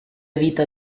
vita